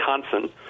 Wisconsin